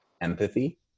empathy